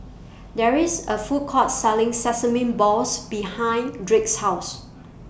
There IS A Food Court Selling Sesame Balls behind Drake's House